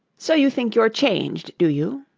so you think you're changed, do you